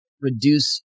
reduce